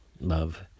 love